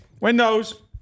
Windows